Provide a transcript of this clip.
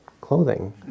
clothing